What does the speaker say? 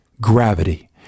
gravity